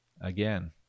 again